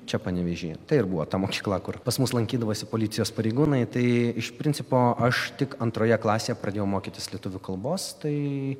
čia panevėžy tai ir buvo ta mokykla kur pas mus lankydavosi policijos pareigūnai tai iš principo aš tik antroje klasėje pradėjau mokytis lietuvių kalbos tai